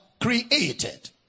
created